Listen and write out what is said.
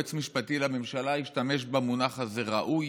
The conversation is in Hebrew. יועץ משפטי לממשלה כבר השתמש במונח הזה, ראוי.